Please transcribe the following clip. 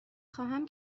خواهم